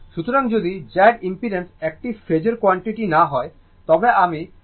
সুতরাং যদি Z impedance একটি ফেজোর কোয়ান্টিটি না হয় তবে আমি একত্রিত করব